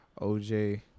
OJ